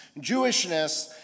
Jewishness